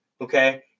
Okay